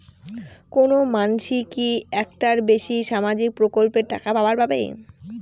কোনো মানসি কি একটার বেশি সামাজিক প্রকল্পের টাকা পাবার পারে?